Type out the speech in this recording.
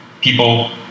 people